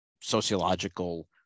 sociological